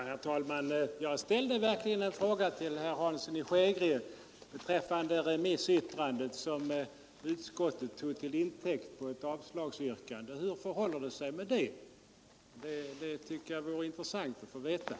Herr talman! Jag ställde faktiskt en fråga till herr Hansson i Skegrie rörande det remissyttrande som utskottet tagit till intäkt för sitt avslagsyrkande. Hur förhåller det sig med den saken? Jag tycker att det vore intressant att få en förklaring.